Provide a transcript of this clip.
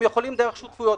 הם יכולים דרך שותפויות,